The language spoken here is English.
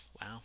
Wow